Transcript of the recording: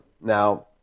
Now